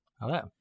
Hello